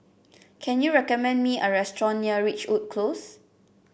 can you recommend me a restaurant near Ridgewood Close